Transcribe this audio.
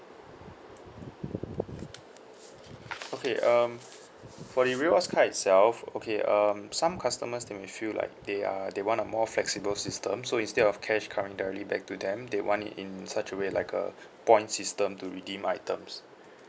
okay um for the rewards card itself okay um some customers they may feel like they are they want a more flexible system so instead of cash coming directly back to them they want it in such a way like a point system to redeem items